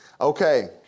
Okay